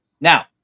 Now